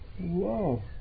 whoa